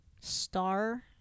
star